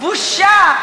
בושה.